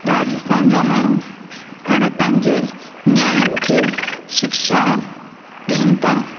राजस्थान जा माण्हू हाणे पंहिंजे न्याणियुनि खे शिक्षा ॾियनि था